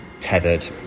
tethered